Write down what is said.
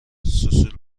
سوسول